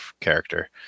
character